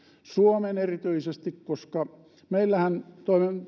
erityisesti suomen meillähän